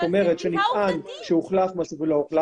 זאת אומרת שנטען שהוחלף משהו והוא לא הוחלף,